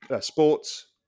sports